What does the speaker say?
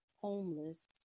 homeless